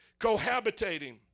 cohabitating